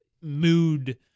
mood